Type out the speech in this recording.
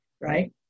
Right